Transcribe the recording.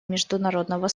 международного